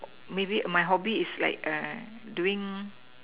maybe my hobby is like err doing